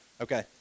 Okay